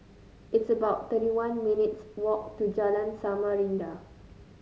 it's about thirty one minutes' walk to Jalan Samarinda